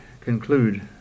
conclude